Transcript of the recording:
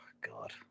God